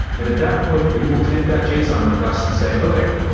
and at that point, we will take that json request and say, okay,